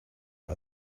are